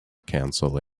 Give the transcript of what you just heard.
council